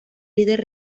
líder